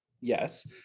yes